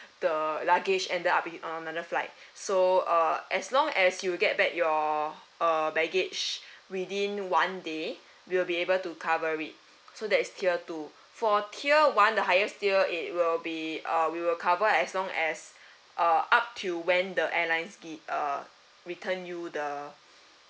the luggage and there are be on another flight so uh as long as you get back your uh baggage within one day we will be able to cover it so that is tier two for tier one the highest tier it will be uh we will cover as long as uh up till when the airlines gi~ uh return you the